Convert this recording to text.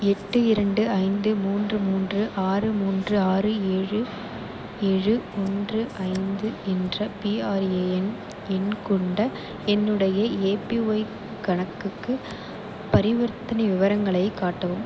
எட்டு இரண்டு ஐந்து மூன்று மூன்று ஆறு மூன்று ஆறு ஏழு ஏழு ஒன்று ஐந்து என்ற பிஆர்ஏஎன் எண் கொண்ட என்னுடைய ஏபிஒய் கணக்குக்கு பரிவர்த்தனை விவரங்களைக் காட்டவும்